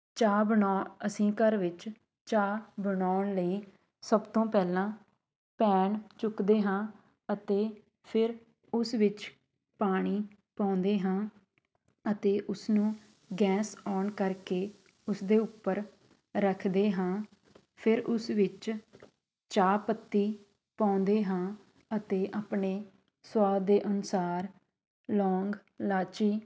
ਚਾਹ ਬਣਾਉ ਅਸੀਂ ਘਰ ਵਿੱਚ ਚਾਹ ਬਣਾਉਣ ਲਈ ਸਭ ਤੋਂ ਪਹਿਲਾਂ ਪੈਨ ਚੁੱਕਦੇ ਹਾਂ ਅਤੇ ਫਿਰ ਉਸ ਵਿੱਚ ਪਾਣੀ ਪਾਉਂਦੇ ਹਾਂ ਅਤੇ ਉਸਨੂੰ ਗੈਸ ਔਨ ਕਰਕੇ ਉਸਦੇ ਉੱਪਰ ਰੱਖਦੇ ਹਾਂ ਫਿਰ ਉਸ ਵਿੱਚ ਚਾਹ ਪੱਤੀ ਪਾਉਂਦੇ ਹਾਂ ਅਤੇ ਆਪਣੇ ਸੁਆਦ ਦੇ ਅਨੁਸਾਰ ਲੌਂਗ ਇਲਾਇਚੀ